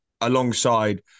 alongside